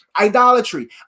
idolatry